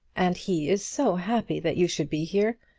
and he is so happy that you should be here.